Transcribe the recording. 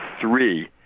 three